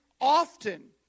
often